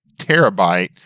terabyte